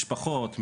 משפחות,